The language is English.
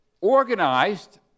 organized